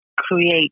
create